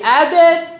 added